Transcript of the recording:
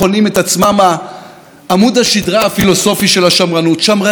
שמרנים שומרים על המשפחה,